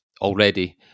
already